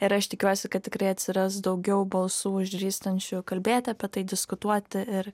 ir aš tikiuosi kad tikrai atsiras daugiau balsų išdrįstančių kalbėt apie tai diskutuoti ir